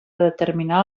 determinar